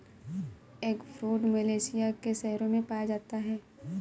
eggfruit Malaysia के शहरों में पाया जाता है